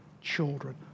children